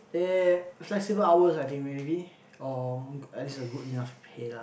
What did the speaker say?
eh flexible hours I think maybe or at least a good enough pay lah